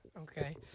Okay